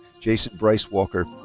jason bryce walker.